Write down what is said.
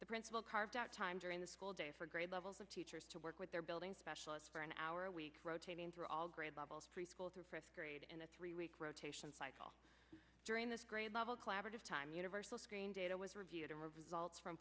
the principal carved out time during the school day for grade levels of teachers to work with their building specialists for an hour a week rotating through all grade levels preschool through press grade and a three week rotation cycle during this grade level collaborative time universal screen data was reviewed and results from